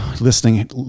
listening